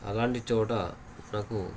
అలాంటి చోట మనకు